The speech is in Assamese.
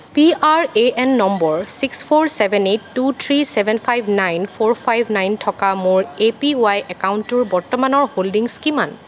P R A N number six four seven eight two three seven five nine four five nine থকা মোৰ এ পি ৱাই একাউণ্টটোৰ বৰ্তমানৰ হোল্ডিংছ কিমান